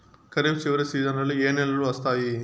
ఖరీఫ్ చివరి సీజన్లలో ఏ నెలలు వస్తాయి?